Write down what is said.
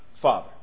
Father